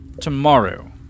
tomorrow